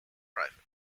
private